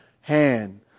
hand